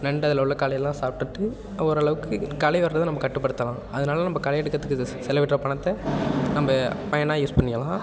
நண்டு அதில் உள்ள களையெல்லாம் சாப்பிட்டுட்டு ஓரளவுக்கு களை வர்றதை கட்டுப்படுத்தலாம் அதனால் நம்ம களை எடுக்கறத்துக்கு செலவிடுகிற பணத்தை நம்ம பயனாக யூஸ் பண்ணிக்கலாம்